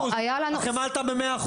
החמאה עלתה ב-100%.